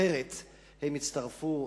אחרת הם יצטרפו,